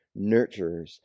nurturers